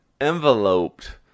enveloped